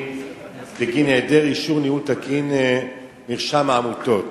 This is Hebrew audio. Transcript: בגין היעדר אישור ניהול תקין מרשם העמותות.